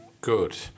good